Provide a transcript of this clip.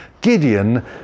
Gideon